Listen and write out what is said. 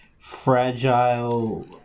Fragile